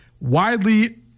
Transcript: widely